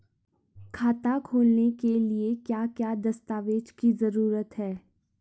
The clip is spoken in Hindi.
खाता खोलने के लिए क्या क्या दस्तावेज़ की जरूरत है?